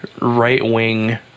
right-wing